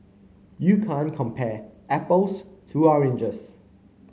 you can't compare apples to oranges